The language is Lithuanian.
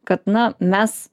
kad na mes